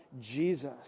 Jesus